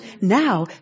now